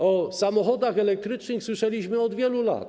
O samochodach elektrycznych słyszeliśmy od wielu lat.